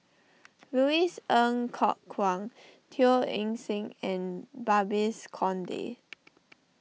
Louis Ng Kok Kwang Teo Eng Seng and Babes Conde